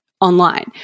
online